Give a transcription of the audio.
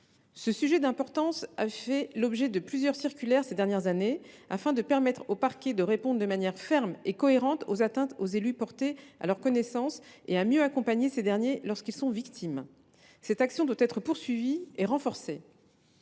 Ce sujet d’importance a fait l’objet, ces dernières années, de plusieurs circulaires tendant à permettre aux parquets de répondre de manière ferme et cohérente aux atteintes aux élus portées à leur connaissance et à mieux accompagner ces derniers lorsqu’ils sont victimes. Cette action doit être poursuivie et renforcée.